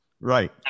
Right